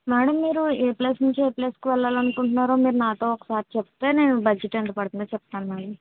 madam మీరు ఏ place నుంచి ఏ ప్లేస్కి వెళ్ళాలనుకుంటున్నారో మీరు నాతో ఒకసారి చెప్తే నేను బడ్జెట్ ఎంత పడుతుందో చెప్తాను మేడం